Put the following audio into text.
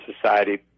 society